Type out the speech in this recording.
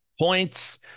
points